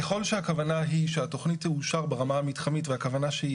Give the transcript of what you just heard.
ככל שהכוונה היא שהתכנית תאושר ברמה המתחמית והכוונה שהיא